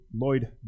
Lloyd